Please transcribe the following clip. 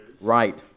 Right